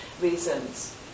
reasons